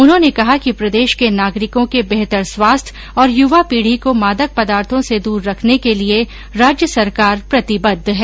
उन्होंने कहा कि प्रदेश के नागरिकों के बेहतर स्वास्थ्य और युवा पीढी को मादक पदार्थो से दूर रखने के लिए राज्य सरकार प्रतिबद्ध है